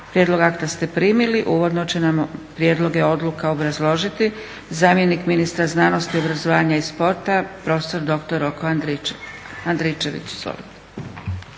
Prijedlog akta ste primili. Uvodno će nam prijedloge Odluka obrazložiti zamjenik ministra znanosti, obrazovanja i sporta prof. dr. Roko Andričević.